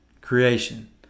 creation